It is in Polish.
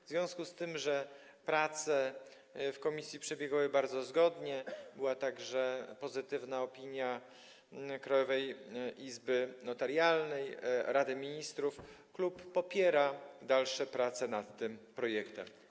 W związku z tym, że prace w komisji przebiegały bardzo zgodnie, była także pozytywna opinia Krajowej Rady Notarialnej i Rady Ministrów, klub popiera dalsze prace nad tym projektem.